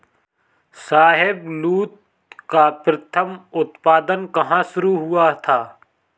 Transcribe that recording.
शाहबलूत का प्रथम उत्पादन कहां शुरू हुआ था?